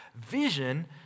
vision